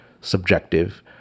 subjective